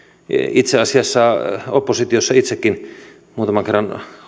itse asiassa oppositiossa itsekin muutaman kerran